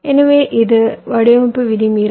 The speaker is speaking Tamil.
எனவே இது வடிவமைப்பு விதி மீறல்